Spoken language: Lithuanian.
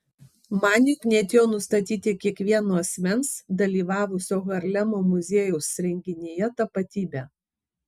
maniui knietėjo nustatyti kiekvieno asmens dalyvavusio harlemo muziejaus renginyje tapatybę